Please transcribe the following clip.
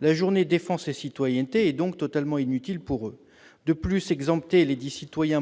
La journée défense et citoyenneté est donc totalement inutile. De plus, exempter ces citoyens